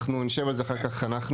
אנחנו נשב על זה אחר כך אנחנו,